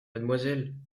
mademoiselle